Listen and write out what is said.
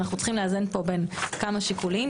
אנחנו צריכים לאזן פה בין כמה שיקולים.